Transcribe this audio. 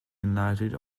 enlightened